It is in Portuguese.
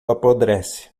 apodrece